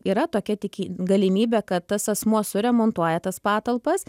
yra tokia tiki galimybė kad tas asmuo suremontuoja tas patalpas